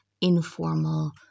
informal